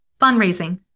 fundraising